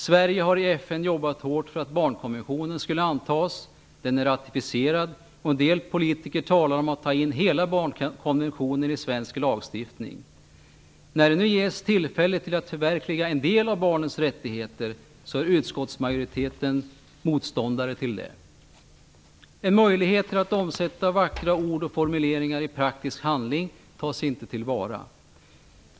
Sverige har i FN jobbat hårt för att Barnkonventionen skulle antas. Den är ratificerad, och en del politiker talar om att ta in hela Barnkonventionen i svensk lagstiftning. När det nu ges tillfälle att förverkliga en del av barnens rättigheter, så är utskottsmajoriteten motståndare till det. En möjlighet att omsätta vackra ord och formuleringar i praktisk handling tas inte till vara.